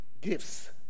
gifts